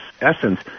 essence